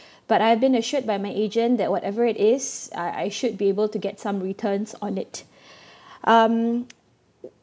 but I have been assured by my agent that whatever it is I I should be able to get some returns on it um